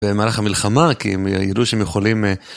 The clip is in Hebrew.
במהלך המלחמה, כי הם ידעו שהם יכולים...